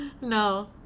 No